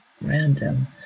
random